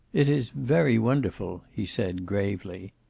it is very wonderful, he said, gravely.